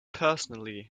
personally